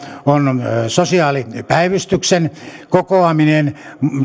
on myöskin sosiaalipäivystyksen kokoaminen